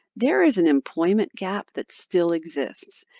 there is an employment gap that still exists.